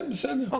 כן בסדר,